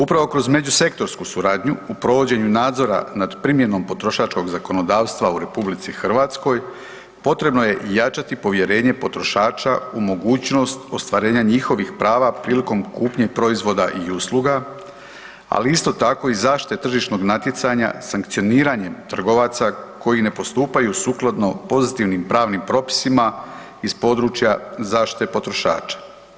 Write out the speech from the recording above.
Upravo kroz međusektorsku suradnju u provođenju nadzora nad primjenom potrošačkog zakonodavstva u RH potrebno je jačati povjerenje potrošača u mogućnost ostvarenja njihovih prava prilikom kupnje proizvoda i usluga, ali isto tako i zaštite tržišnog natjecanja sankcioniranjem trgovaca koji ne postupaju sukladno pozitivnim pravnim propisima iz područja zaštite potrošača.